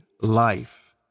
life